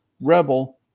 Rebel